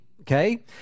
okay